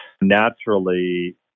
naturally